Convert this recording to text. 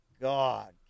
God